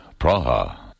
Praha